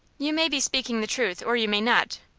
you may be speaking the truth, or you may not.